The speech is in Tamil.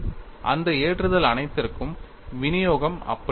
அந்த ஏற்றுதல் அனைத்திற்கும் விநியோகம் அப்படியே இருக்கும்